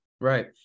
Right